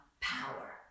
power